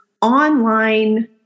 online